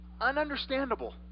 ununderstandable